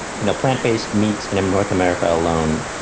you know, plant based meats in um north america alone.